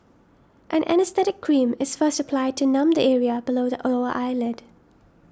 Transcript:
an anaesthetic cream is first applied to numb the area below the over eyelid